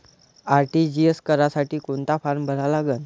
RTGS करासाठी कोंता form भरा लागन?